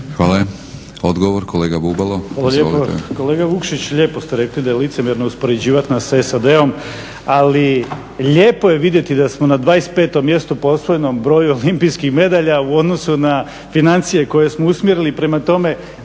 Hvala. Odgovor kolega Bubalo.